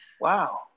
Wow